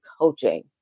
coaching